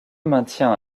maintient